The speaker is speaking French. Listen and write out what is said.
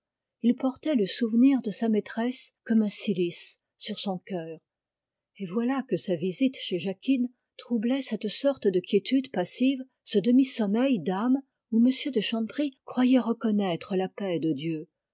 il portait le souvenir de sa maîtresse comme un cilice sur son cœur et voilà que sa visite chez jacquine troublait cette sorte de quiétude passive ce demi-sommeil d'âme où m de chanteprie croyait reconnaître la paix de dieu